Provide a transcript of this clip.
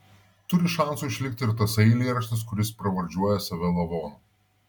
turi šansų išlikti ir tasai eilėraštis kuris pravardžiuoja save lavonu